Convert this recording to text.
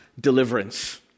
deliverance